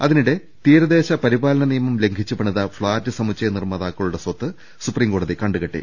അതിനിടെ തീരദേശ പരിപാലന നിയമം ലംഘിച്ച് പണിത ഫ്ളാറ്റ് സമുച്ചയ നിർമ്മാതാക്കളുടെ സ്വത്ത് സുപ്രീംകോടതി കണ്ടുകെട്ടി